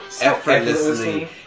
effortlessly